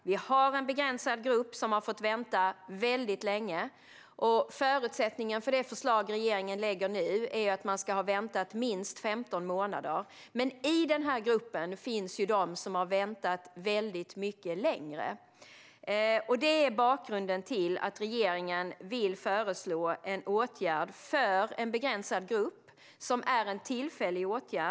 Vi har en begränsad grupp som har fått vänta väldigt länge. Förutsättningen för det förslag som regeringen lägger fram är att man ska ha väntat minst 15 månader. Men i denna grupp finns det de som har väntat mycket längre. Detta är bakgrunden till att regeringen föreslår en tillfällig åtgärd för en begränsad grupp.